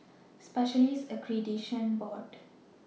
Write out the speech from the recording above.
Specialists Accreditation Board